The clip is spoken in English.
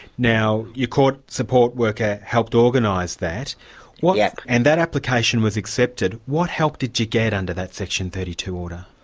now your court support worker helped organise that yeah and that application was accepted. what help did you get under that section thirty two order?